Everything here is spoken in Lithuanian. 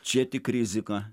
čia tik rizika